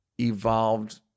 evolved